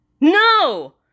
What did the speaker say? No